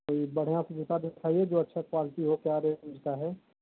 कोई बढ़िया सा जूता दिखाइए जो अच्छा क्वालिटी हो क्या रेट मिलता है